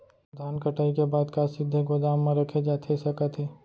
धान कटाई के बाद का सीधे गोदाम मा रखे जाथे सकत हे?